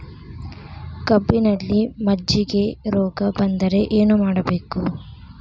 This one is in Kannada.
ಕಬ್ಬಿನಲ್ಲಿ ಮಜ್ಜಿಗೆ ರೋಗ ಬಂದರೆ ಏನು ಮಾಡಬೇಕು?